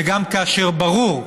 וגם כאשר ברור,